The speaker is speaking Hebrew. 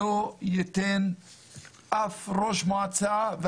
אף ראש מועצה,